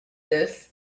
this